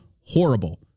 horrible